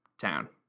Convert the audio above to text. town